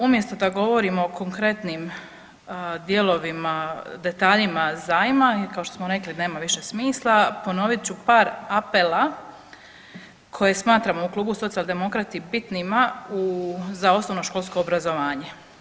Umjesto da govorimo o konkretnim dijelovima, detaljima zajma jer kao što smo rekli nema više smisla, ponovit ću par apela koje smatramo u klubu Socijaldemokrati bitnima za osnovnoškolsko obrazovanje.